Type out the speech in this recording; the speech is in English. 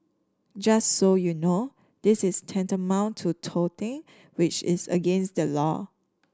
just so you know this is tantamount to touting which is against the law